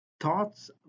thoughts